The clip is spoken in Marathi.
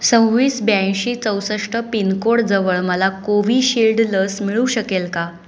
सव्वीस ब्याऐंशी चौसष्ट पिनकोडजवळ मला कोविशिल्ड लस मिळू शकेल का